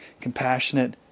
compassionate